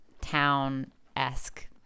town-esque